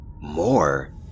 More